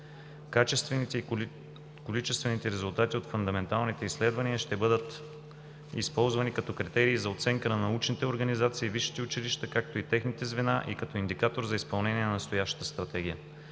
Качествените и количествените резултати от фундаменталните изследвания ще бъдат използвани като критерии за оценка на научните организации и висшите училища, както и техните звена и като индикатор за изпълнение на настоящата Стратегия.